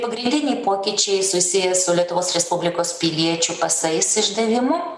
pagrindiniai pokyčiai susiję su lietuvos respublikos piliečių pasais išdavimu